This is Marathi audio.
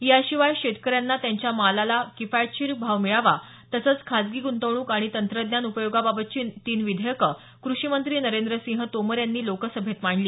याशिवाय शेतकऱ्यांना त्यांच्या मालाला किफायतशीर भाव मिळावा तसंच खाजगी गृंतवणूक आणि तंत्रज्ञान उपयोगाबाबतची तीन विधेयकं कृषीमंत्री नरेंद्रसिंह तोमर यांनी लोकसभेत मांडली